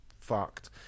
fucked